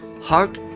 Hark